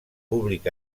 públic